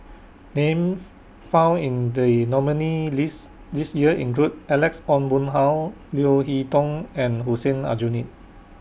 Names found in The nominees' list This Year include Alex Ong Boon Hau Leo Hee Tong and Hussein Aljunied